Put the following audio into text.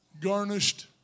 garnished